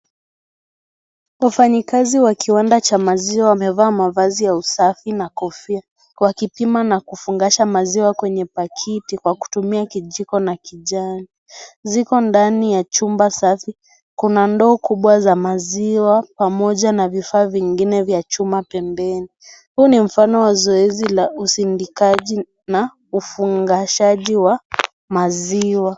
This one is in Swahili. Wafanyikazi wa kiwanda cha maziwa wamevaa mavazi ya usafi na kofia wakipima na kufangasha maziwa kwenye pakiti kwa kutumia kijiko na kijani. Ziko ndani ya chumba safi .Kuna ndoo kubwa za maziwa pamoja na vifaa vingine vya chuma pembeni. Huu ni mfano wa zoezi la usindikaji na ufungashaji wa maziwa.